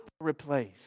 replace